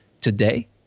today